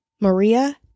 Maria